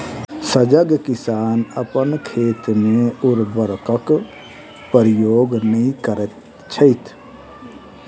सजग किसान अपन खेत मे उर्वरकक प्रयोग नै करैत छथि